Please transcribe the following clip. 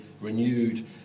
renewed